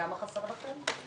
כמה חסר לכם?